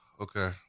Okay